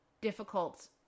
difficult